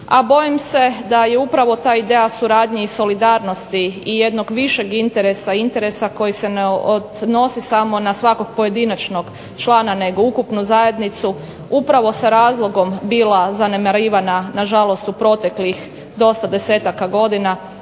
A bojim se da je upravo ta ideja suradnje i solidarnosti i jednog višeg interesa, interesa koji se ne odnosi samo na svakog pojedinačnog člana nego ukupnu zajednicu, upravo sa razlogom bila zanemarivana nažalost u protekli dosta desetaka godina